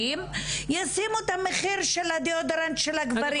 וישימו את המחיר של הדאודורנט של הגברים.